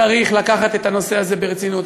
צריך לקחת את הנושא הזה ברצינות.